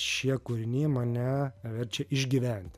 šie kūriniai mane verčia išgyventi